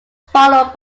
followed